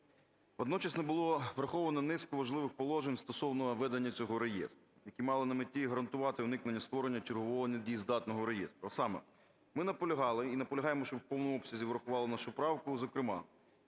Водночас не було враховано низку важливих положень стосовно ведення цього реєстру, які мали на меті гарантувати уникнення створення чергового недієздатного реєстру. А саме, ми наполягали і наполягаємо, щоб в повному обсязі врахували нашу правку, зокрема,